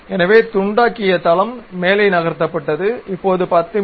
எனவே துண்டாக்கிய தளம் மேலே நகர்த்தப்பட்டது இப்போது 10 மி